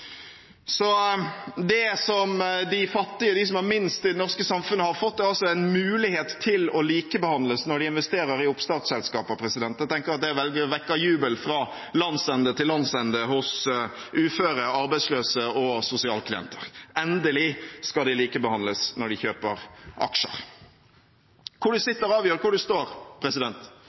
det.» Det som de fattige, de som har minst i det norske samfunnet, har fått, er altså en mulighet til å likebehandles når de investerer i oppstartsselskaper. Jeg tenker det vekker jubel fra landsende til landsende hos uføre, arbeidsløse og sosialklienter. Endelig skal de likebehandles når de kjøper aksjer. Hvor du sitter, avgjør hvor du står